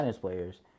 players